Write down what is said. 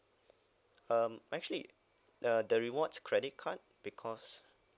um actually uh the rewards credit card because